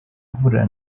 mvura